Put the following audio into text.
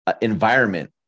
environment